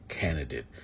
candidate